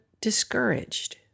discouraged